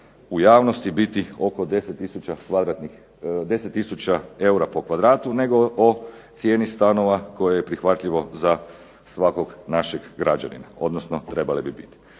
u javnosti biti oko 10 tisuća eura po kvadratu nego o cijeni stanova koje je prihvatljivo za svakog našeg građanina, odnosno trebale bi biti.